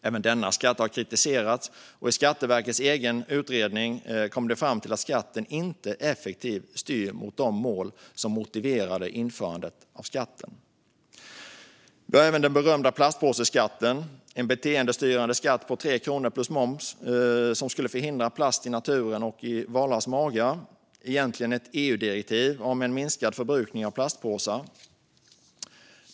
Även denna skatt har kritiserats, och i Skatteverkets egen utredning kom man fram till att skatten inte effektivt styr mot de mål som motiverade dess införande. Vi har även den berömda plastpåseskatten - en beteendestyrande skatt på 3 kronor plus moms för varje plastpåse som skulle förhindra plast i naturen och i valars magar. Detta är egentligen ett EU-direktiv om minskad förbrukning av plastpåsar.